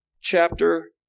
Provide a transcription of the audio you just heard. chapter